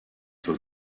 zur